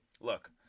look